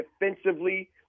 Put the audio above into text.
defensively